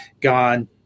gone